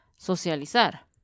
Socializar